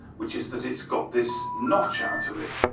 which is that it's got this notch out of it.